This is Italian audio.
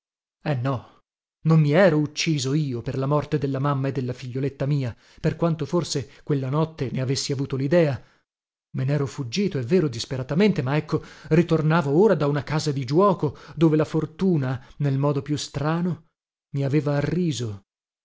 eh no non mi ero ucciso io per la morte della mamma e della figlietta mia per quanto forse quella notte ne avessi avuto lidea me nero fuggito è vero disperatamente ma ecco ritornavo ora da una casa di giuoco dove la fortuna nel modo più strano mi aveva arriso